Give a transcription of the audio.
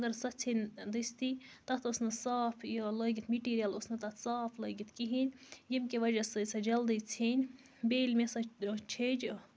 مَگر سۄ ژھیٚنۍ دٔستی تَتھ اوس نہٕ صاف یہِ لٲگِتھ میٹیٖریَل اوس نہٕ تَتھ صاف لٲگِتھ کِہیٖنٛۍ ییٚمہِ کہِ وجہہ سۭتۍ سۄ جلدی ژھیٚنۍ بیٚیہِ ییٚلہِ مےٚ سۄ چھیٚج